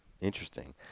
Interesting